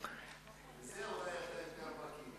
בזה אתה אולי יותר בקי.